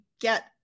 get